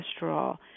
cholesterol